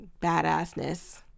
badassness